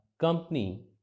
company